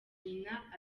nyina